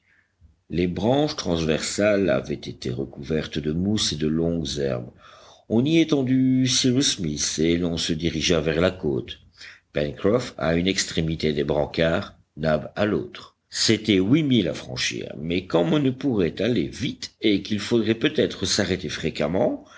les branches transversales avaient été recouvertes de mousses et de longues herbes on y étendit cyrus smith et l'on se dirigea vers la côte pencroff à une extrémité des brancards nab à l'autre c'étaient huit milles à franchir mais comme on ne pourrait aller vite et qu'il faudrait peut-être s'arrêter fréquemment